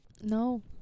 No